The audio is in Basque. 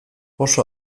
oso